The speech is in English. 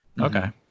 okay